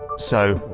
so,